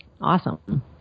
awesome